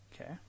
Okay